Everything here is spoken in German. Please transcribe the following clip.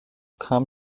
kam